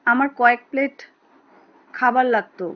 আমার কয়েক প্লেট খাবার লাগতো